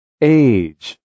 age